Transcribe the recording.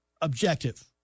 objective